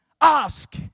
Ask